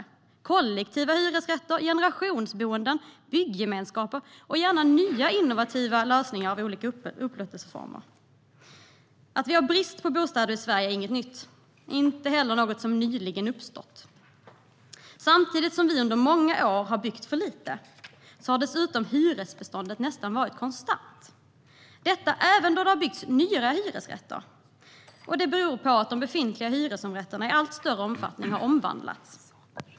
Det handlar om kollektiva hyresrätter, generationsboenden, bygemenskaper och gärna nya, innovativa lösningar av olika upplåtelseformer. Att vi har brist på bostäder i Sverige är inget nytt och inte heller något som nyligen uppstått. Samtidigt som vi under många år har byggt för lite har hyresbostadsbeståndet varit nästan konstant, även då det har byggts nya hyresrätter. Det beror på att de befintliga hyresrätterna i allt större omfattning har omvandlats.